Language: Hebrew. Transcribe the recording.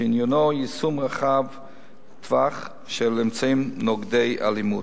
שעניינו יישום רחב-טווח של אמצעים נוגדי אלימות.